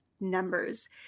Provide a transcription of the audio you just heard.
numbers